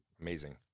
amazing